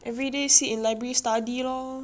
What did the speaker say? everyday sit in library study lor